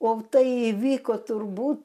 o tai įvyko turbūt